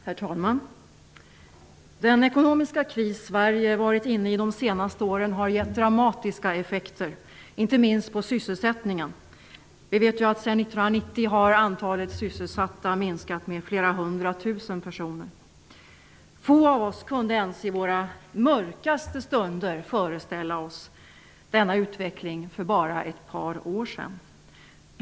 Herr talman! Den ekonomiska kris Sverige varit inne i de senaste åren har givit dramatiska effekter, inte minst på sysselsättningen. Sedan 1990 har antalet sysselsatta minskat med flera hundra tusen personer. Få av oss kunde ens i våra mörkaste stunder föreställa oss denna utveckling för bara ett par år sedan.